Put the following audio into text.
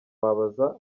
wabaza